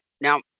Now